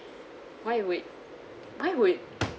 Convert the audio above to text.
why would why would